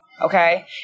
okay